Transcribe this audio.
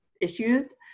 issues